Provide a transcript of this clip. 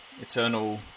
eternal